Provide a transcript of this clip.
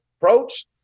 approach